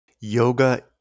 Yoga